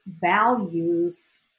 values